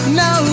no